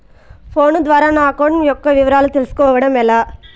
Phone ద్వారా నా account యొక్క వివరాలు తెలుస్కోవడం ఎలా?